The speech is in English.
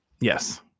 Yes